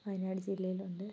വയനാട് ജില്ലയിലുണ്ട്